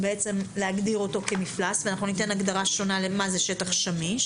להגדיר אותו כמפלס וניתן הגדרה שונה שמגדירה שטח שמיש